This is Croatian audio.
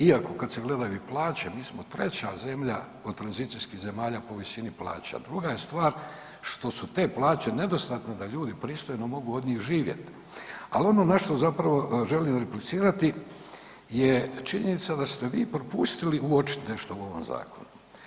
Iako, kad se gledaju i plaće, mi smo 3. zemlja od tranzicijskih zemalja po visini plaće, a druga je stvar što su te plaće nedostatne da ljudi pristojno mogu od njih živjeti, ali ono na što zapravo želim replicirati je činjenica da ste vi propustili uočiti nešto u ovom zakonu.